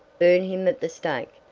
burn him at the stake,